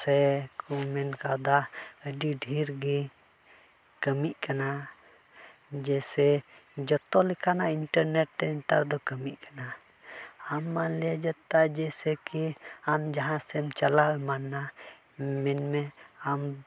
ᱥᱮᱠᱚ ᱢᱮᱱ ᱠᱣᱫᱟ ᱟᱹᱰᱤ ᱰᱷᱮᱨ ᱜᱮ ᱠᱟᱹᱢᱤᱜ ᱠᱟᱱᱟ ᱡᱮᱭᱥᱮ ᱡᱚᱛᱚ ᱞᱮᱠᱟᱱᱟᱜ ᱤᱱᱴᱟᱨᱱᱮᱴ ᱛᱮ ᱱᱮᱛᱟᱨ ᱫᱚ ᱠᱟᱹᱢᱤᱜ ᱠᱟᱱᱟ ᱟᱢ ᱢᱟᱱ ᱞᱤᱭᱟ ᱡᱟᱛᱟ ᱡᱮᱭᱥᱮ ᱠᱤ ᱟᱢ ᱡᱟᱦᱟᱸ ᱥᱮᱫ ᱮᱢ ᱪᱟᱞᱟᱣ ᱮᱢᱟᱱ ᱮᱱᱟ ᱢᱮᱱᱢᱮ ᱟᱢ